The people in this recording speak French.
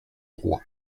roi